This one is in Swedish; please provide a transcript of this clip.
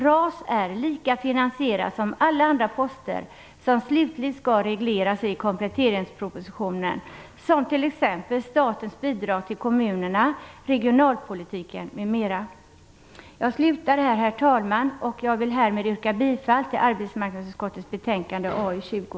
RAS är lika finansierat som alla andra poster, som slutgiltigt skall regleras i kompletteringspropositionen, såsom statens bidrag till kommunerna, regionalpolitiken m.m. Herr talman! Jag yrkar bifall till hemställan i arbetsmarknadsutskottets betänkande nr 20.